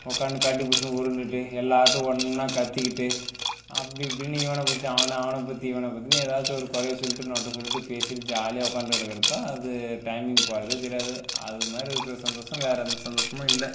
உட்காந்து கட்டி பிடிச்சிட்டு உருண்டுட்டு எல்லார்ட்டும் ஒன்றா கத்திக்கிட்டு அப்படி இப்படினு இவனை பிடிச்சி அவனை அவனை பற்றி இவனை பற்றினு எதாச்சி ஒரு குறைய சொல்லிட்டு நொட்டம் சொல்லிட்டு பேசிட்டு ஜாலியாக உட்காந்துட்டு இருக்கிறது தான் அது டைமிங் போகிறதே தெரியாது அது மாரி இருக்கிற சந்தோஷம் வேறு எந்த சந்தோஷமும் இல்லை